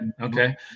okay